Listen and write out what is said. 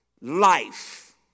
life